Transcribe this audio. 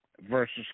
versus